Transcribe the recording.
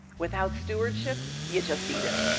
without stewardship, you just eat it.